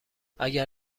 اگر